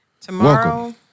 Tomorrow